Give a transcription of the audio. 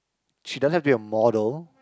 she doesn't have your model